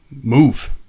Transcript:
move